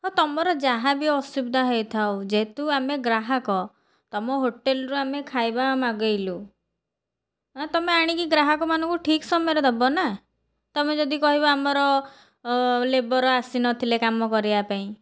ହଉ ତୁମର ଯାହା ବି ଅସୁବିଧା ହେଇଥାଉ ଯେହେତୁ ଆମେ ଗ୍ରାହକ ତୁମ ହୋଟେଲ୍ରୁ ଆମେ ଖାଇବା ମଗାଇଲୁ ତୁମେ ଆଣିକି ଗ୍ରାହକମାନଙ୍କୁ ଠିକ୍ ସମୟରେ ଦବ ନା ତୁମେ ଯଦି କହିବ ଆମର ଲେବର୍ ଆସିନଥିଲେ କାମ କରିବା ପାଇଁ